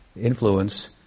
influence